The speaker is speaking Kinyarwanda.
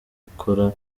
gukora